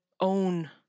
own